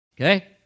Okay